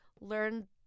learn